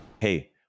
Hey